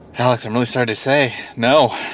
alex, i'm really sorry to say no.